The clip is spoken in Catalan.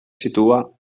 situa